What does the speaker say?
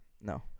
No